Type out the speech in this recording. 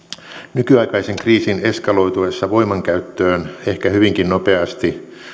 nykyaikaisen kriisin eskaloituessa voimankäyttöön ehkä hyvinkin nopeasti